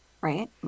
Right